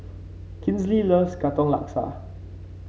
Kinsley loves Katong Laksa